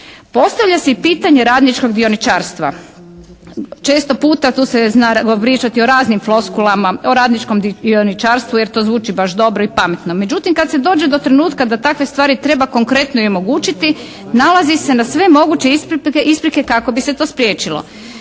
Postavlja se i pitanje radničkog dioničarstva. Često puta tu se zna pričati o raznim floskulama, o radničkom dioničarstvu jer to zvuči baš dobro i pametno. Međutim kad se dođe do trenutka kad se takve stvari trebaju konkretnije omogućiti nalazi se na sve moguće isprike kako bi se to spriječilo.